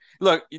look